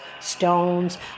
Stones